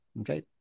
Okay